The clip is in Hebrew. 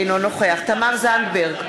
אינו נוכח תמר זנדברג,